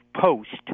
post